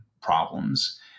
problems